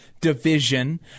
division